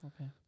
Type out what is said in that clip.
Okay